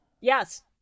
Yes